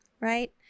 Right